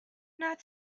not